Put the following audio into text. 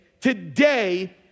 today